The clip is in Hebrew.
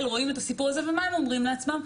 רואים את הסיפור הזה ומה הם אומרים לעצמם?